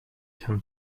can